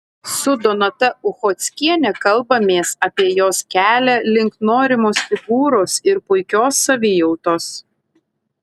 su donata uchockiene kalbamės apie jos kelią link norimos figūros ir puikios savijautos